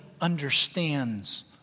understands